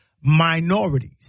minorities